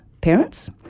parents